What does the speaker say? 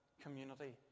community